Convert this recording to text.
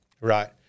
right